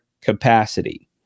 capacity